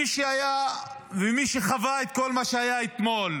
מי שהיה ומי שחווה את כל מה שהיה אתמול,